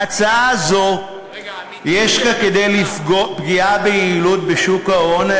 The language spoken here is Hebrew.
מדבריך, בהצעה זו יש כדי פגיעה ביעילות בשוק ההון.